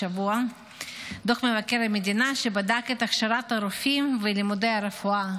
דוח מבקר המדינה שבדק את הכשרת הרופאים ולימודי הרפואה.